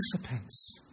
participants